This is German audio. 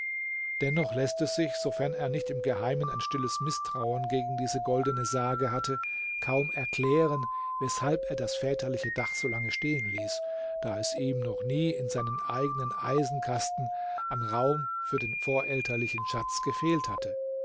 dennoch läßt es sich sofern er nicht im geheimen ein stilles mißtrauen gegen diese goldene sage hatte kaum erklären weshalb er das väterliche dach solange stehen ließ da es ihm noch nie in seinem eigenen eisenkasten an raum für den vorelterlichen schatz gefehlt hatte